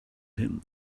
him